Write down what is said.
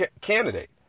candidate